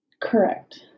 Correct